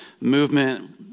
movement